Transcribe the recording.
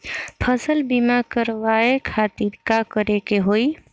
फसल बीमा करवाए खातिर का करे के होई?